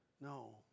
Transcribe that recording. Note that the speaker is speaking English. No